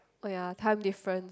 oh ya time difference